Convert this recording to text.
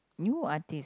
new artist